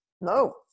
No